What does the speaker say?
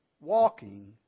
walking